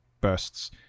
bursts